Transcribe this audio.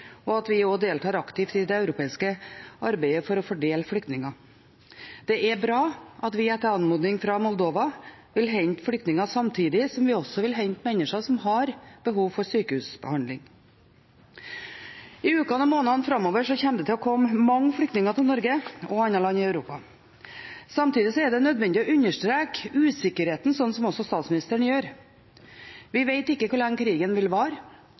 og for at vi også deltar aktivt i det europeiske arbeidet for å fordele flyktninger. Det er bra at vi etter anmodning fra Moldova vil hente flyktninger, samtidig som vi vil hente mennesker som har behov for sykehusbehandling. I ukene og månedene framover kommer det til å komme mange flyktninger til Norge og andre land i Europa. Samtidig er det nødvendig å understreke usikkerheten, slik som også statsministeren gjør. Vi vet ikke hvor lenge krigen vil vare,